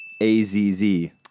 A-Z-Z